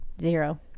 zero